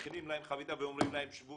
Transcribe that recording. מכינים להם חביתה ואומרים להם שבו,